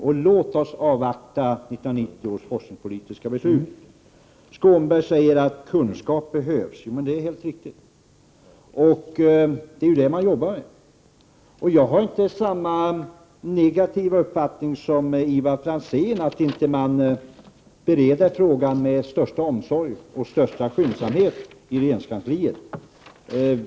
Låt oss därför avvakta 1990 års forskningspolitiska beslut! Krister Skånberg säger att kunskap behövs. Det är helt riktigt; det är ju det man jobbar med! Jag har inte samma negativa uppfattning som Ivar Franzén, att frågan inte bereds med största omsorg och skyndsamhet i regeringskansliet.